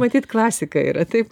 matyt klasika yra taip